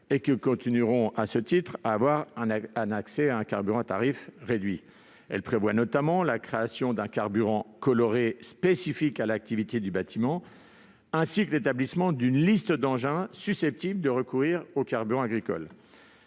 et qui continueront, à ce titre, à avoir accès à un carburant à tarif réduit. Elles prévoient notamment la création d'un carburant coloré spécifique à l'activité du bâtiment, ainsi que l'établissement d'une liste d'engins susceptibles de recourir aux carburants agricoles.